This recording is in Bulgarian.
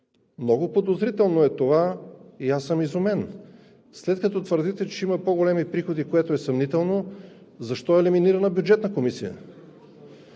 много подозрително е това и аз съм изумен! След като твърдите, че ще има по-големи приходи, което е съмнително, защо е елиминирана Бюджетната комисия?